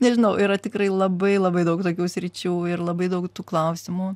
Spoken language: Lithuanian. nežinau yra tikrai labai labai daug tokių sričių ir labai daug klausimų